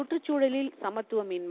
சுற்றுக்குழலில் சமத்துவமின்மை